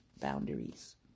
boundaries